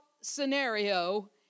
scenario